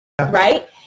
Right